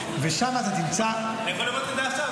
ושם אתה תמצא --- אני יכול לראות את זה עכשיו,